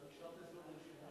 אתה נשארת אצלו ברשימות.